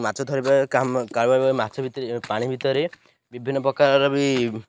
ମାଛ ଧରିବା କାମ ମାଛ ଭିତରେ ପାଣି ଭିତରେ ବିଭିନ୍ନ ପ୍ରକାର ବି